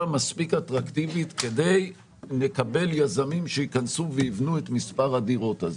מספיק אטרקטיבית כדי לקבל יזמים שייכנסו ויבנו את מספר הדירות הזה.